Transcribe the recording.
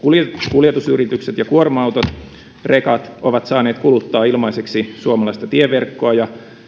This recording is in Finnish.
kuljetusyritykset kuorma autot ja rekat ovat saaneet kuluttaa ilmaiseksi suomalaista tieverkkoa ja